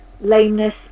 lameness